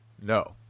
No